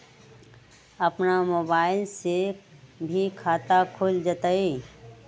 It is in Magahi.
अपन मोबाइल से भी खाता खोल जताईं?